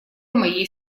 моей